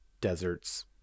deserts